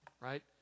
right